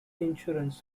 insurance